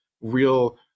real